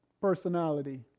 personality